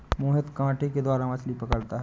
मोहित कांटे के द्वारा मछ्ली पकड़ता है